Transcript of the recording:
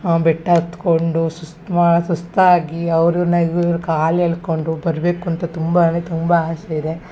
ಬೆಟ್ಟ ಹತ್ತಿಕೊಂಡು ಸುಸ್ತು ಮಾ ಸುಸ್ತಾಗಿ ಅವ್ರನ್ನ ಇವ್ರ ಕಾಲು ಎಳ್ಕೊಂಡು ಬರಬೇಕು ಅಂತ ತುಂಬ ಅಂದರೆ ತುಂಬ ಆಸೆ ಇದೆ